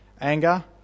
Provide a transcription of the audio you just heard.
anger